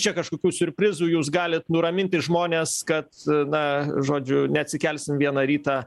čia kažkokių siurprizų jūs galit nuraminti žmones kad na žodžiu neatsikelsim vieną rytą